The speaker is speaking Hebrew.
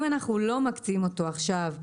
אם אנחנו לא מקצים אותו עכשיו,